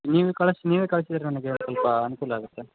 ನೀವೇ ಕಳ್ಸಿ ನೀವೇ ಕಳಿಸಿರಿ ನನಗೆ ಸ್ವಲ್ಪ ಅನುಕೂಲ ಆಗುತ್ತೆ